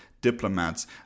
diplomats